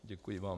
Děkuji vám.